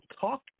Talk